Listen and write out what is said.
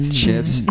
chips